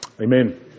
Amen